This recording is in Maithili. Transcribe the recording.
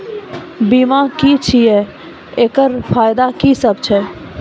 बीमा की छियै? एकरऽ फायदा की सब छै?